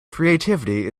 creativity